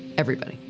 everybody,